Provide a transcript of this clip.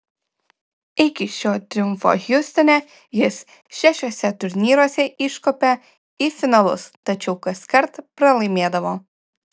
iki šio triumfo hjustone jis šešiuose turnyruose iškopė į finalus tačiau kaskart pralaimėdavo